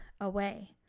away